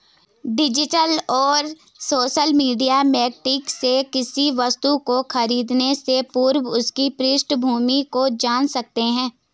digital और social media marketing से किसी वस्तु को खरीदने से पूर्व उसकी पृष्ठभूमि को जान सकते है